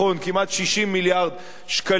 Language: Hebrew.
כמעט 60 מיליארד שקלים?